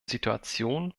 situation